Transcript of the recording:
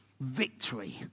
Victory